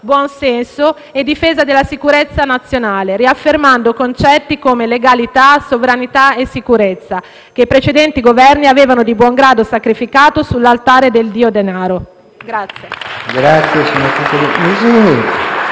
buon senso e difesa della sicurezza nazionale, riaffermando concetti come legalità, sovranità e sicurezza, che i precedenti Governi avevano di buon grado sacrificato sull'altare del dio denaro.